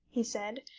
he said,